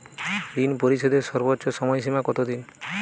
ঋণ পরিশোধের সর্বোচ্চ সময় সীমা কত দিন?